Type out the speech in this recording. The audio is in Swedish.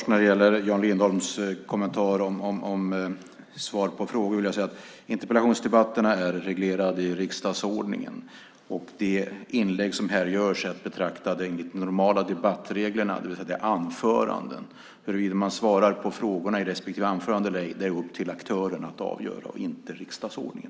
När det gäller Jan Lindholms kommentar om svar på frågor vill jag säga att interpellationsdebatterna är reglerade i riksdagsordningen. De inlägg som här görs är att betrakta enligt de normala debattreglerna. Det är alltså anföranden. Huruvida man svarar på frågorna i respektive anförande är upp till aktörerna att avgöra, inte riksdagsordningen.